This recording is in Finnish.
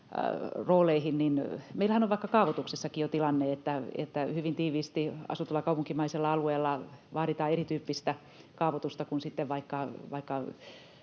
rooleihin. Meillähän on vaikka kaavoituksessakin jo tilanne, että hyvin tiiviisti asutulla kaupunkimaisella alueella vaaditaan erityyppistä kaavoitusta kuin sitten vaikka